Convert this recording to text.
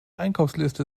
einkaufsliste